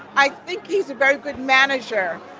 i think he's a very good manager.